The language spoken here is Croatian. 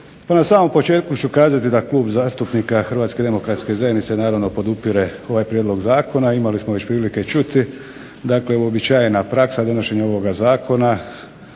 na samom početku ću kazati da Klub zastupnika HDZ-a naravno podupire ovaj prijedlog zakona. Imali smo već prilike čuti dakle uobičajena praksa donošenja ovoga zakona,